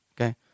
okay